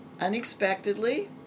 unexpectedly